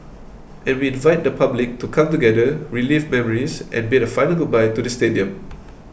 and we invite the public to come together relive memories and bid a final goodbye to the stadium